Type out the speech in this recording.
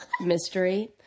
mystery